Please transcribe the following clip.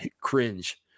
cringe